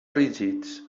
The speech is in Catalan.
rígids